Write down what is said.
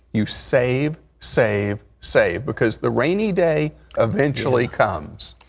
you save, save, save, because the rainy day eventually comes.